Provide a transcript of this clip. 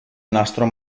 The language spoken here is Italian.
nastro